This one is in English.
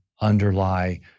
underlie